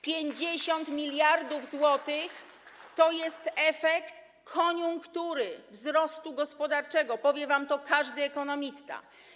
50 mld zł to jest efekt koniunktury, wzrostu gospodarczego, powie wam to każdy ekonomista.